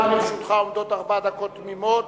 גם לרשותך עומדות ארבע דקות תמימות,